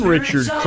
Richard